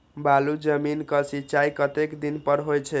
बालू जमीन क सीचाई कतेक दिन पर हो छे?